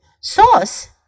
Sauce。